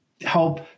help